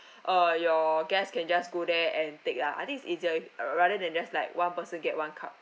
uh your guests can just go there and take ya I think is easier with err rather than just like one person get one cup